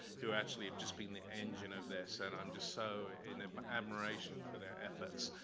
who actually have just been the engine of this and i'm just so in um admiration for their efforts,